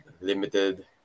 limited